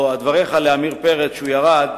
או דבריך לעמיר פרץ כשהוא ירד,